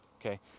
Okay